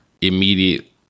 immediate